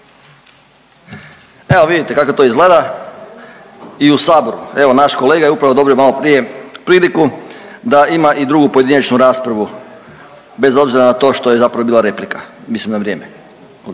Evo vidite kako to izgleda i u Saboru. Evo naš kolega je upravo dobio malo prije priliku da ima i drugu pojedinačnu raspravu bez obzira na to što je zapravo bila replika, mislim na vrijeme